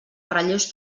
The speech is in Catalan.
relleus